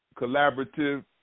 collaborative